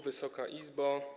Wysoka Izbo!